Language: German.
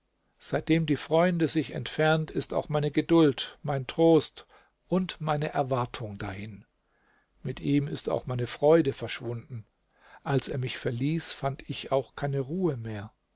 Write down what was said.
seitdem die freunde sich entfernt ist auch meine geduld mein trost und meine erwartung dahin mit ihm ist auch meine freude verschwunden als er mich verließ fand ich auch keine ruhe mehr